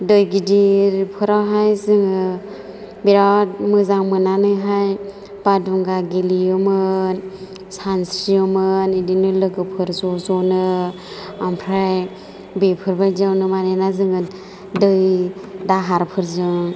दै गिदिरफोरावहाय जोङो बिराद मोजां मोननानैहाय बादुंगा गेलेयोमोन सानस्रियोमोन बिदिनो लोगोफोर ज' ज'नो ओमफ्राय बेफोरबायदियावनो माने ना जोङो दै दाहारफोरजों